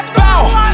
bow